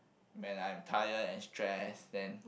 when I'm tired and stress then